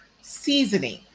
seasoning